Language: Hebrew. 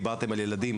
דיברתם על ילדים